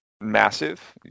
massive